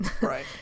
Right